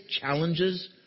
challenges